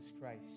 Christ